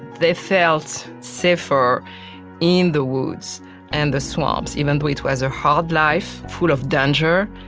they felt safer in the woods and the swamps, even though it was a hard life full of danger,